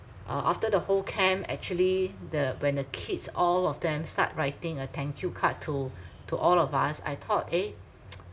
uh after the whole camp actually the when the kids all of them start writing a thank you card to to all of us I thought eh